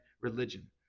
religion